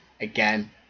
Again